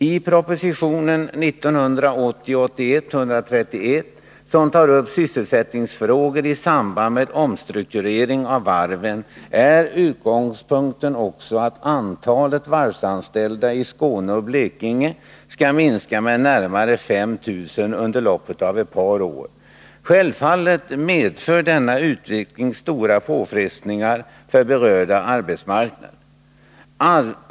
I proposition 1980/81:131, som tar upp sysselsättningsfrågor i samband med omstruktureringen av varven, är utgångspunkten också att antalet varvsanställda i Skåne och Blekinge skall minska med närmare 5 000 under loppet av ett par år. Självfallet medför denna utveckling stora påfrestningar på berörda arbetsmarknader.